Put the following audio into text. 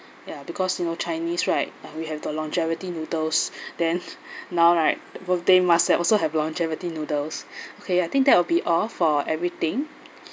ya because you know chinese right uh we have the longevity noodles then now right birthday must have also have longevity noodles okay I think that will be all for everything